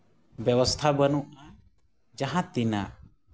ᱵᱮᱵᱚᱥᱛᱷᱟ ᱵᱟᱹᱱᱩᱜᱼᱟ ᱡᱟᱦᱟᱸ ᱛᱤᱱᱟᱹᱜ